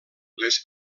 les